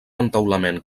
entaulament